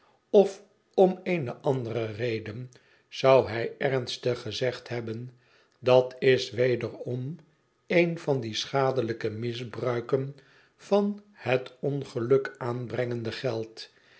of om eene andere reden zou hij ernstig gezegd hebben dat is wederom een van de schandelijke misbruiken van het ongelukaanbrengende geld